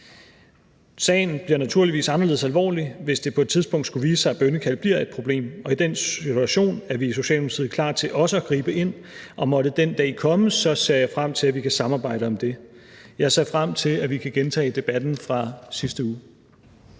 Sagen bliver naturligvis anderledes alvorlig, hvis det på et tidspunkt skulle vise sig, at bønnekald bliver et problem. I den situation er vi i Socialdemokratiet også klar til at gribe ind, og måtte den dag komme, ser jeg frem til, at vi kan samarbejde om det. Jeg ser frem til, at vi kan gentage debatten fra sidste uge.